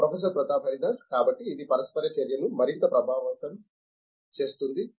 professor Pratap Haridas కాబట్టి ఇది పరస్పర చర్యను మరింత ప్రభావవంతం చేస్తుంది